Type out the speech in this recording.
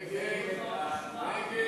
נורא חשובה.